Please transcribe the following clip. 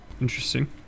interesting